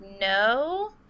no